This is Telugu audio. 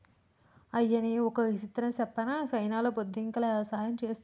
అయ్యనీ ఓ విచిత్రం సెప్పనా చైనాలో బొద్దింకల యవసాయం చేస్తున్నారు